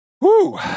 Woo